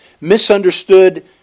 misunderstood